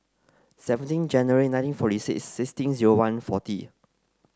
seventeen January nineteen forty six sixteen zero one forty